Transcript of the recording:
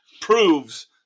proves